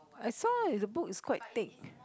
I saw it's the book is quite thick